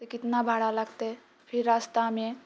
कितना भाड़ा लगतै फेर रास्तामे